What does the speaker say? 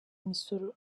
imisoro